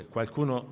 Qualcuno